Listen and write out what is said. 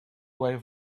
way